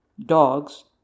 dogs